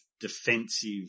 defensive